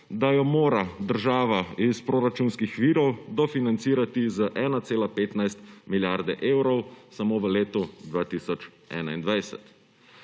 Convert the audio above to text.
da jo mora država iz proračunskih virov dofinancirati z 1,15 milijarde evrov samo v letu 2021.